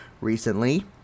recently